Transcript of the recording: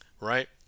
Right